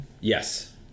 Yes